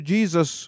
Jesus